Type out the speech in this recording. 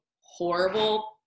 horrible